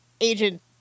agent